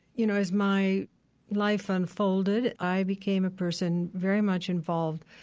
you know, as my life unfolded, i became a person very much involved,